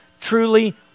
truly